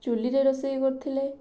ଚୁଲିରେ ରୋଷେଇ କରୁଥିଲେ